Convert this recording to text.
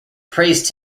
praised